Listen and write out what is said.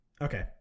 Okay